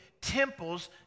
temples